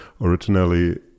originally